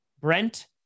Brent